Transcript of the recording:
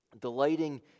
delighting